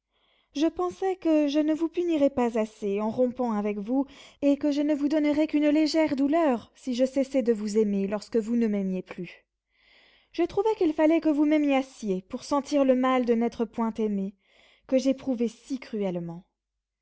je pensais que je ne vous punirais pas assez en rompant avec vous et que je ne vous donnerais qu'une légère douleur si je cessais de vous aimer lorsque vous ne m'aimiez plus je trouvai qu'il fallait que vous m'aimassiez pour sentir le mal de n'être point aimé que j'éprouvais si cruellement